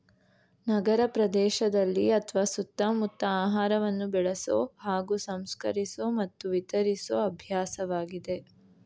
ನಗರಪ್ರದೇಶದಲ್ಲಿ ಅತ್ವ ಸುತ್ತಮುತ್ತ ಆಹಾರವನ್ನು ಬೆಳೆಸೊ ಹಾಗೂ ಸಂಸ್ಕರಿಸೊ ಮತ್ತು ವಿತರಿಸೊ ಅಭ್ಯಾಸವಾಗಿದೆ